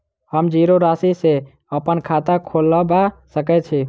हम जीरो राशि सँ अप्पन खाता खोलबा सकै छी?